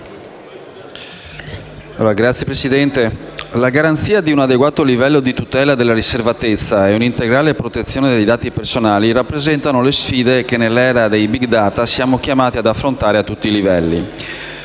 la garanzia di un adeguato livello di tutela della riservatezza e l'integrale protezione dei dati personali rappresentano le sfide che, nell'era dei *big data*, siamo chiamati ad affrontare a tutti i livelli.